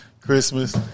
Christmas